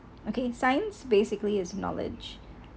okay science basically is knowledge